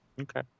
Okay